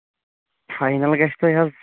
final گژھِ تۄہہِ حظ